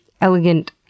elegant